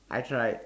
I tried